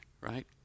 right